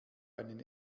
einen